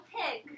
pig